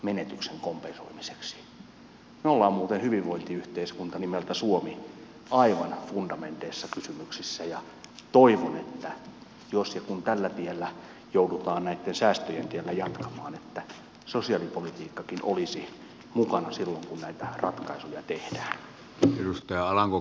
me hyvinvointiyhteiskunta nimeltä suomi olemme muuten aivan fundamenteissa kysymyksissä ja toivon että jos ja kun näitten säästöjen tiellä joudutaan jatkamaan sosiaalipolitiikkakin olisi mukana silloin kun näitä ratkaisuja tehdään